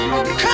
Come